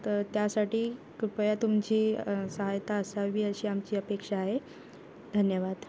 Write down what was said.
तर त्यासाठी कृपया तुमची सहायता असावी अशी आमची अपेक्षा आहे धन्यवाद